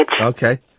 Okay